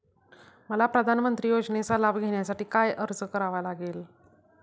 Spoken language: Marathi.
मला प्रधानमंत्री योजनेचा लाभ घेण्यासाठी काय अर्ज करावा लागेल?